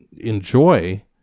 enjoy